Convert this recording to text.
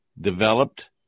developed